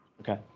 Okay